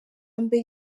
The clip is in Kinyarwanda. mbere